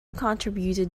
contributed